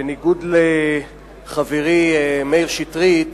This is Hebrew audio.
בניגוד לחברי מאיר שטרית,